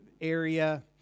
area